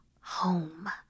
home